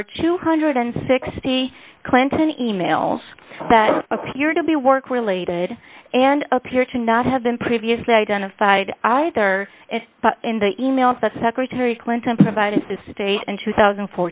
are two hundred and sixty dollars clinton e mails that appear to be work related and appear to not have been previously identified either in the e mails that secretary clinton provided to state in two thousand and